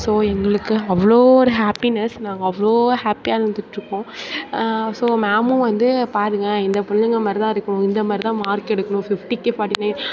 so எங்களுக்கு அவ்வளோ ஒரு ஹேப்பினஸ் நாங்கள் அவ்வளோ ஹேப்பியாக இருந்திட்ருக்கோம் ஸோ மேமும் வந்து பாருங்க இந்த பிள்ளைங்க மாதிரிதான் இருக்கணும் இந்த மாதிரிதான் மார்க்கு எடுக்கணும் பிஃட்டிக்கு ஃபாட்டி நயன்